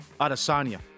Adesanya